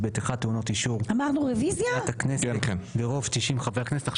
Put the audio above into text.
(ב1) טעונות אישור מליאת הכנסת ברוב 90 חברי הכנסת'.